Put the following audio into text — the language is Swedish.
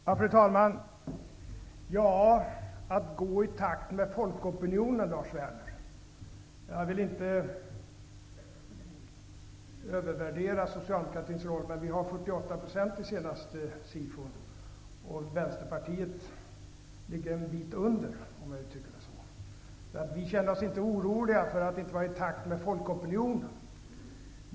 Fru talman! Låt mig vad beträffar att gå i takt med folkopinionen, Lars Werner, säga att jag visserligen inte vill övervärdera socialdemokratins roll men att vi ändå har 48 % enligt den senaste SIFO undersökningen. Vänsterpartiet ligger en bit under detta -- låt mig uttrycka det så. Vi känner oss alltså inte oroliga för att inte vara i takt med folkopinionen.